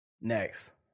Next